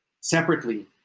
Separately